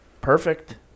perfect